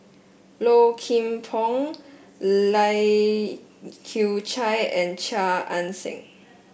Low Kim Pong Lai Kew Chai and Chia Ann Siang